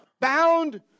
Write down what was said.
bound